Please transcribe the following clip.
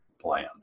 plan